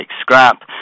scrap